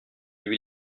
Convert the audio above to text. lui